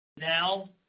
Now